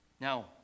Now